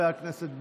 (קורא בשם חבר הכנסת)